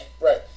right